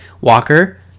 walker